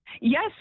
Yes